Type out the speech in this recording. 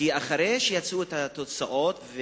כי אחרי שיצאו התוצאות,